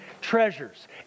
Treasures